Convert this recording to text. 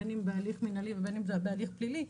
בין אם בהליך מנהלי ובין אם בהליך פלילי,